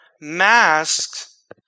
masks